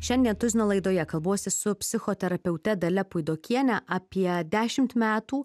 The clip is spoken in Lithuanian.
šiandien tuzino laidoje kalbuosi su psichoterapeute dalia puidokiene apie dešimt metų